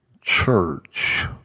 church